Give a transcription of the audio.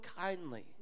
kindly